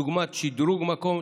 דוגמת שדרוג מקום,